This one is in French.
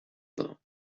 bains